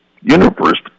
universe